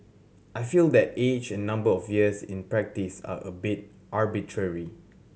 I feel that age and number of years in practice are a bit arbitrary